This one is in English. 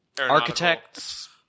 Architects